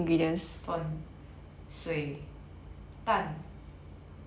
粉水蛋